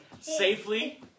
safely